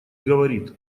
говорит